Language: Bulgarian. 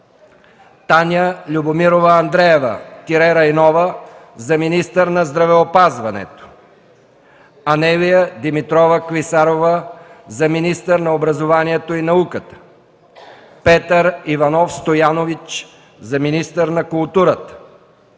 Таня Любомирова Андреева-Райнова за министър на здравеопазването; - Анелия Димитрова Клисарова за министър на образованието и науката; - Петър Иванов Стоянович за министър на културата;